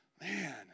man